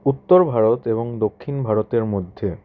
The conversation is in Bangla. উত্তর ভারত এবং দক্ষিণ ভারতের মধ্যে